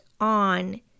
on